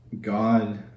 god